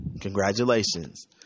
Congratulations